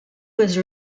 was